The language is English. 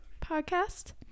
podcast